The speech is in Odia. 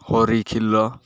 ହରିଖିଲ